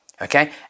Okay